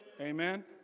Amen